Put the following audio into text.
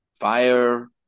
fire